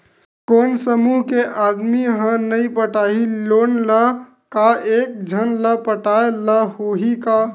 कोन समूह के आदमी हा नई पटाही लोन ला का एक झन ला पटाय ला होही का?